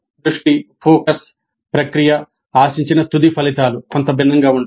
దృష్టి ప్రక్రియ ఆశించిన తుది ఫలితాలు కొంత భిన్నంగా ఉంటాయి